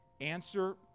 answer